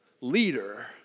leader